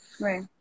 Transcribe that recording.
right